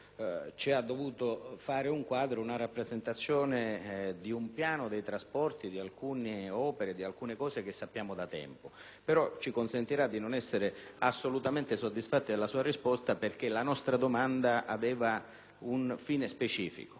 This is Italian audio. ha dovuto fornirci un quadro e una rappresentazione di un piano dei trasporti e di alcune opere che conosciamo da tempo; ci consentirà tuttavia di non essere assolutamente soddisfatti della sua risposta, perché la nostra domanda aveva un fine specifico.